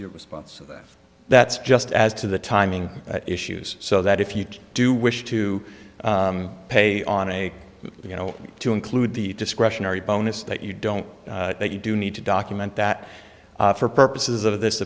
your response to that that's just as to the timing issues so that if you can do wish to pay on a you know to include the discretionary bonus that you don't then you do need to document that for purposes of this